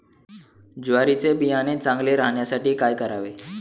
ज्वारीचे बियाणे चांगले राहण्यासाठी काय करावे?